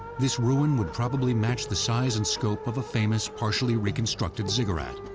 this ruin would probably match the size and scope of a famous, partially reconstructed ziggurat